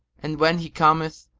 and, when he cometh,